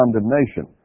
condemnation